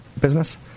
business